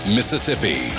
Mississippi